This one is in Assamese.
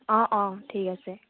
অ অ ঠিক আছে